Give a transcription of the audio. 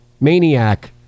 maniac